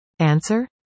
Answer